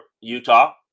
Utah